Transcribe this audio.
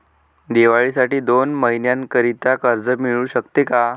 दिवाळीसाठी दोन महिन्याकरिता कर्ज मिळू शकते का?